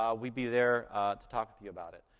um we'd be there to talk with you about it.